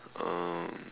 um